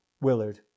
Willard